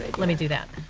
let me do that.